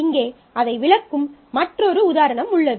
இங்கே அதை விளக்கும் மற்றொரு உதாரணம் உள்ளது